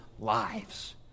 lives